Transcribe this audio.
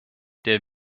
der